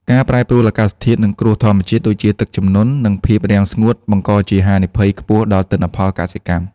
ការប្រែប្រួលអាកាសធាតុ និងគ្រោះធម្មជាតិដូចជាទឹកជំនន់ និងភាពរាំងស្ងួត បង្កជាហានិភ័យខ្ពស់ដល់ទិន្នផលកសិកម្ម។